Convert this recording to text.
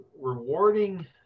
rewarding